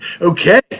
Okay